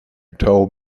told